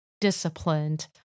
disciplined